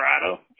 Colorado